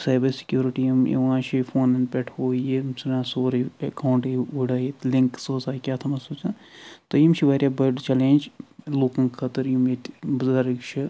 cyber security یِم یِوان چھِ یہ فونن پٮ۪ٹھ ہُو یہِ یِم ژھٕنان سورُے ایکاونٹٕے ؤڑٲوِتھ لِنک سوزان کیٛاہ تھوٚمت سوزان تہٕ یِم چھِ واریاہ بٔڑۍ چلینج لُکن خٲطرٕ یِم ییٚتہِ بزرگ چھِ